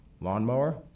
lawnmower